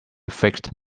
fixed